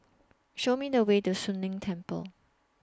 Show Me The Way to Soon Leng Temple